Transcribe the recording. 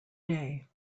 day